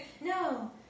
No